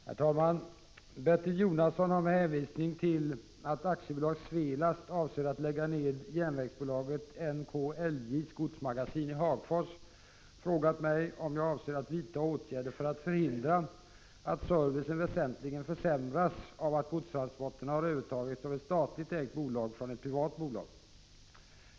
Herr talman! Bertil Jonasson har med hänvisning till att AB Svelast avser att lägga ned järnvägsbolaget NKLJ:s godsmagasin i Hagfors frågat mig om jag avser att vidta åtgärder för att förhindra att servicen väsentligen försämras av att godstransporterna har övertagits av ett statligt ägt bolag från ett privat bolag.